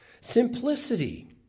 Simplicity